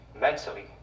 mentally